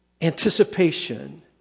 anticipation